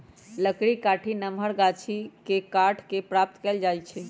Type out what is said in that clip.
लकड़ी काठी नमहर गाछि के काट कऽ प्राप्त कएल जाइ छइ